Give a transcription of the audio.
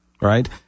Right